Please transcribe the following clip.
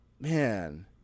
man